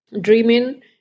dreaming